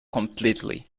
completely